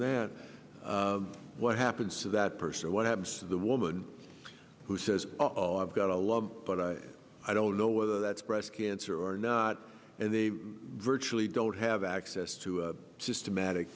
that what happens to that person what happens to the woman who says oh i've got a love but i don't know whether that's breast cancer or not and they virtually don't have access to a systematic